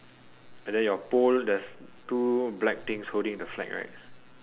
and then your pole there's two black things holding the flag right